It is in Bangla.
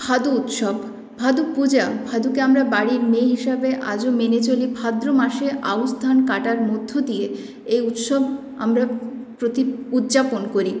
ভাদু উৎসব ভাদু পুজো ভাদুকে আমরা বাড়ির মেয়ে হিসাবে আজও মেনে চলি ভাদ্র মাসে আউশ ধান কাটার মধ্যে দিয়ে এই উৎসব আমরা প্রতি উদযাপন করি